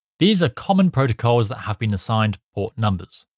these are common protocols that have been assigned port numbers.